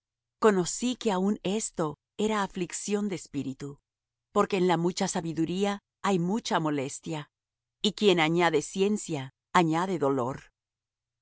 conocí que aun esto era aflicción de espíritu porque en la mucha sabiduría hay mucha molestia y quien añade ciencia añade dolor